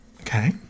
Okay